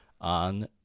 on